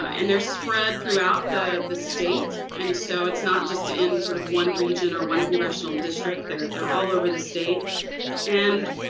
and they're spread throughout the the state and so it's not just in sort of one region or one congressional district, they're they're all over the state and